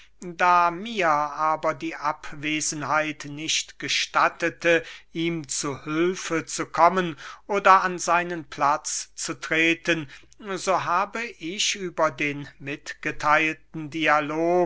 da mir aber die abwesenheit nicht gestattete ihm zu hülfe zu kommen oder an seinen platz zu treten so habe ich über den mitgetheilten